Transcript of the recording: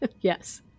Yes